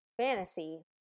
fantasy